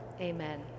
amen